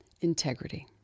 Integrity